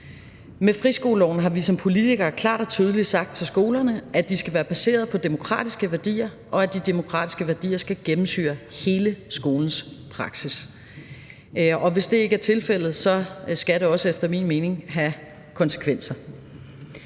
Med friskoleloven har vi som politikere klart og tydeligt sagt til skolerne, at de skal være baseret på demokratiske værdier, og at de demokratiske værdier skal gennemsyre hele skolens praksis. Og hvis det ikke er tilfældet, skal det også efter min mening have konsekvenser.